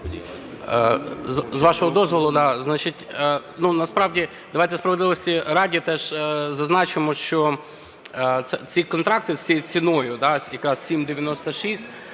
З вашого дозволу, насправді, давайте справедливості ради зазначимо, що ці контракти з ціною, яка 7.96,